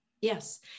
Yes